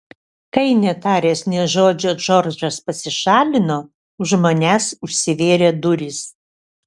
kai netaręs nė žodžio džordžas pasišalino už manęs užsivėrė durys